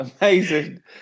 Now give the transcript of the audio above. amazing